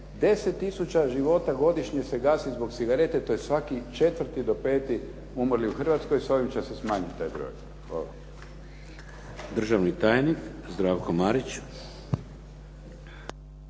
10 tisuća života godišnje se gasi zbog cigareta i to je svaki četvrti do peti umrli u Hrvatskoj. S ovim će se smanjiti taj broj.